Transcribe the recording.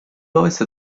ovest